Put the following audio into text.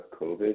COVID